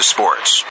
Sports